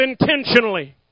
intentionally